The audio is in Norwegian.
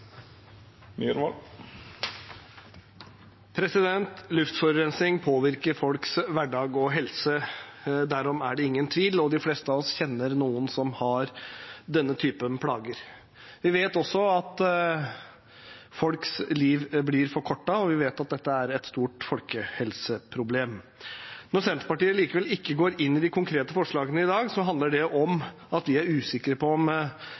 oss kjenner noen som har denne typen plager. Vi vet også at folks liv blir forkortet, og vi vet at dette er et stort folkehelseproblem. Når Senterpartiet likevel ikke går inn i de konkrete forslagene i dag, handler det om at vi er usikre på om